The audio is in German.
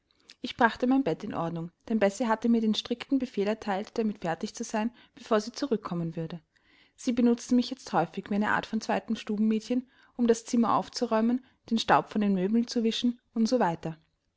ich brachte mein bett in ordnung denn bessie hatte mir den strikten befehl erteilt damit fertig zu sein bevor sie zurückkommen würde sie benutzte mich jetzt häufig wie eine art von zweitem stubenmädchen um das zimmer aufzuräumen den staub von den möbeln zu wischen u s w